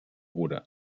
oder